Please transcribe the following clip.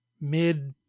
mid